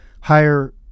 higher